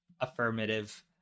affirmative